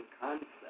concept